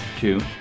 Two